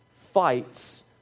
fights